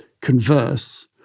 converse